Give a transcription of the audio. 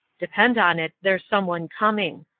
depend on it, there's some one coming.